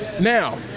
Now